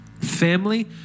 family